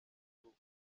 gihugu